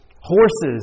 horses